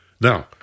Now